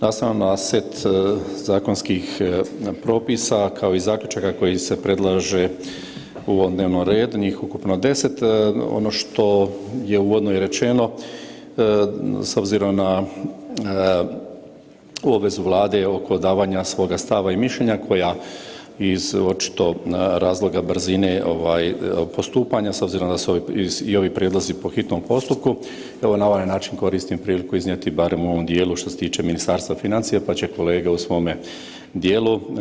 Nastavno na set zakonskih propisa kao i zaključaka koji se predlaže u ovom dnevnom redu, njih ukupno 10, ono što je uvodno i rečeno s obzirom na obvezu Vlade oko davanja svoga stava i mišljenja koja iz očito razloga brzine postupanja s obzirom da su i ovi prijedlozi po hitnom postupku evo na ovaj način koristim priliku iznijeti barem u ovom dijelu što se tiče Ministarstva financija, pa će kolege u svome dijelu.